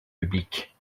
publiques